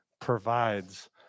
provides